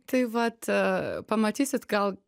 tai vat a pamatysit gal